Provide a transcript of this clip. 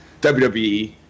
WWE